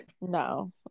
no